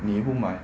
你不买